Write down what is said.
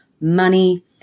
money